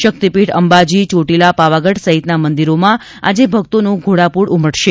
શક્તિપીઠ અંબાજી ચોટીલા પાવાગઢ સહિતના મંદિરોમાં આજે ભક્તોનું ઘોડાપુર ઉમટશે